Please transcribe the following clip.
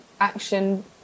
action